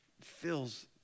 fills